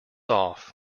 off